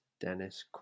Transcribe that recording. Dennis